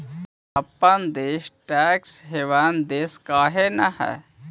अपन देश tax haven देश काहे न हई?